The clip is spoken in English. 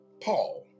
Paul